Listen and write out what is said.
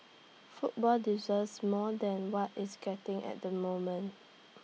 football deserves more than what it's getting at the moment